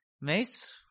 mace